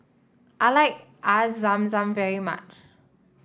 I like Air Zam Zam very much